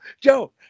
Joe